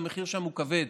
והמחיר שם הוא כבד.